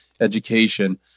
education